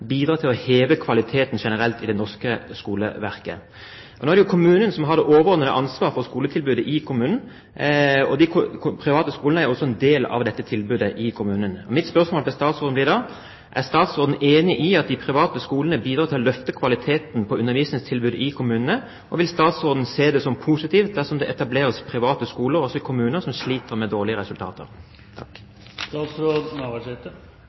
norske skoleverket. Nå er det kommunen som har det overordnede ansvaret for skoletilbudet i kommunen, og de private skolene er også en del av dette tilbudet. Mitt spørsmål til statsråden blir da: Er statsråden enig i at de private skolene bidrar til å løfte kvaliteten på undervisningstilbudet i kommunene? Og vil statsråden se det som positivt dersom det etableres private skoler også i kommuner som sliter med dårlige resultater?